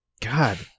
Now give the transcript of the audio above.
God